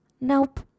Nope